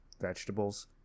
vegetables